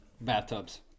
bathtubs